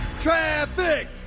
Traffic